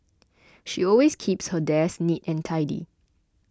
she always keeps her desk neat and tidy